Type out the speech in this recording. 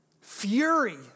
fury